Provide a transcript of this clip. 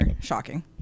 Shocking